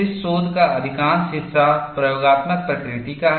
इस शोध का अधिकांश हिस्सा प्रयोगात्मक प्रकृति का है